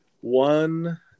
one